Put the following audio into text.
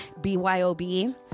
BYOB